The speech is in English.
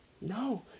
No